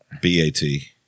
B-A-T